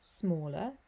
smaller